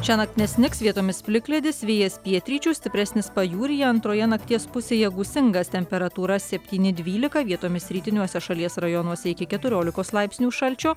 šiąnakt nesnigs vietomis plikledis vėjas pietryčių stipresnis pajūryje antroje nakties pusėje gūsingas temperatūra septyni dvylika vietomis rytiniuose šalies rajonuose iki keturiolikos laipsnių šalčio